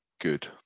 good